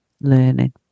learning